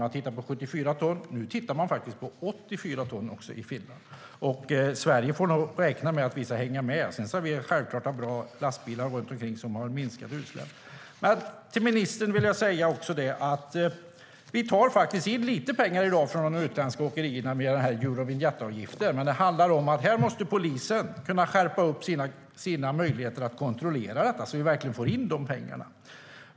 Man har tittat på 74 ton, och nu tittar man faktiskt på 84 ton. Sverige får nog räkna med att vi ska hänga med. Sedan ska vi självklart ha bra lastbilar som ger mindre utsläpp. Till ministern vill jag säga att vi faktiskt tar in lite pengar i dag av de utländska åkerierna med Eurovinjettavgiften. Men polisen måste kunna skärpa sina möjligheter att kontrollera detta så att vi verkligen får in pengarna.